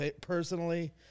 personally